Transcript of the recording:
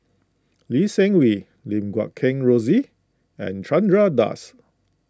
Lee Seng Wee Lim Guat Kheng Rosie and Chandra Das